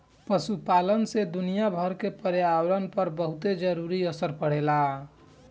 पशुपालन से दुनियाभर के पर्यावरण पर बहुते जरूरी असर पड़ेला